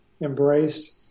embraced